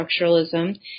structuralism